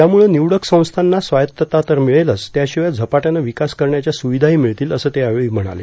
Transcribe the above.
यामुळं निवडक संस्थांना स्वायत्तता तर मिळेलच त्याशिवाय झपाट्यानं विकास करण्याच्या स्रविधाही मिळतील असं ते यावेळी म्हणाले